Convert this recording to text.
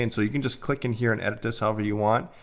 and you can just click in here and edit this however you want.